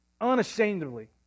Unashamedly